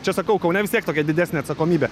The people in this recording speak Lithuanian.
čia sakau kaune vis tiek tokia didesnė atsakomybė